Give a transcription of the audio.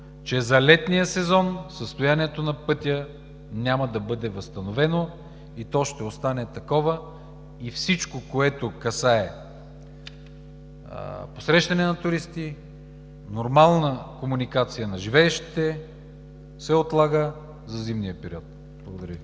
че за летния сезон състоянието на пътя няма да бъде възстановено и то ще остане такова. Всичко, което касае посрещане на туристи, нормална комуникация на живеещите, се отлага за зимния период. Благодаря Ви.